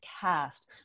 cast